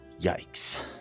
yikes